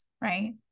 right